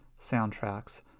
soundtracks